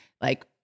like-